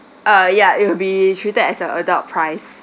ah yeah it will be treated as a adult price